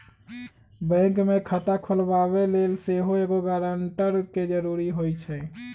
bank में खता खोलबाबे लेल सेहो एगो गरानटर के जरूरी होइ छै